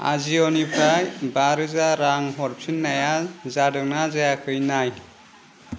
आजिय'निफ्राय बा रोजा रां हरफिन्नाया जादोंना जायाखै नाय